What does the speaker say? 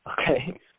Okay